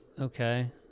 Okay